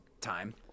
time